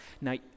Now